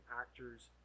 actors